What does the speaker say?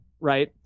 right